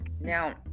Now